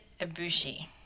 Ibushi